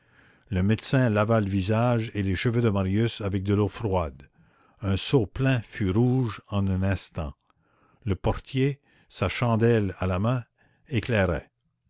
le médecin lava le visage et les cheveux de marius avec de l'eau froide un seau plein fut rouge en un instant le portier sa chandelle à la main éclairait